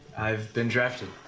i've been drafted.